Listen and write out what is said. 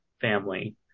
family